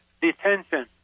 detention